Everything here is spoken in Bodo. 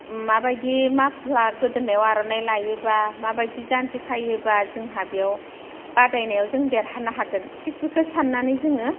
माबायदि माफ्लार गोदोनायाव आर'नाइ लायोब्ला माबायदि जानजि खायोब्ला जोंहा बेयाव बादायनायाव जों देरहानो हागोन थिग बेखो साननानै जोङो